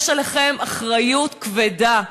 יש עליכם אחריות כבדה.